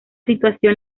situación